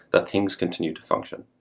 that things continue to function,